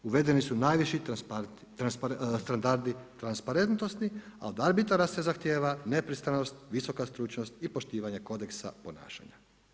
Uvedeni su najviši standardi transparentnosti a od arbitara se zahtijeva nepristranost, visoka stručnost i poštivanje kodeksa ponašanja.